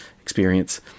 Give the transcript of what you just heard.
experience